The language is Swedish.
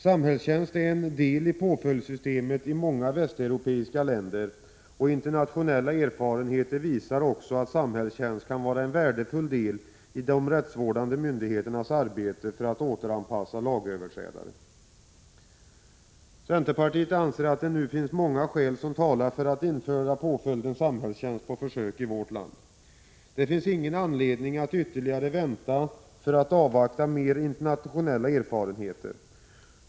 Samhällstjänst är en del av påföljdssystemet i många västeuropeiska länder. Internationella erfarenheter visar också att samhällstjänst kan vara en värdefull del i de rättsvårdande myndigheternas arbete för att återanpassa lagöverträdare. Centerpartiet anser att många skäl talar för att nu införa påföljden samhällstjänst på försök i Sverige. Det finns ingen anledning att vänta längre för att avvakta flera internationella erfarenheter.